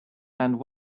and